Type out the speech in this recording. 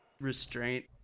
restraint